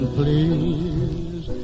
please